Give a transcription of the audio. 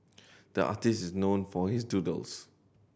the artist is known for his doodles